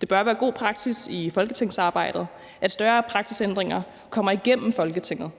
Det bør være god praksis i folketingsarbejdet, at større praksisændringer kommer igennem Folketinget.